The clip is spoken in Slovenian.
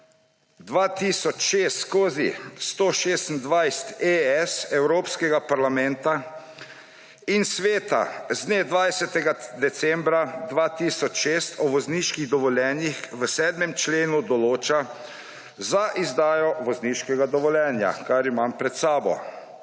2006/126/ES Evropskega parlamenta in Sveta z dne 20. decembra 2006 o vozniških dovoljenjih v 7. členu določa za izdajo vozniškega dovoljenja, kar imam pred sabo,